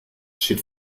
steht